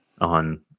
on